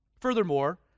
Furthermore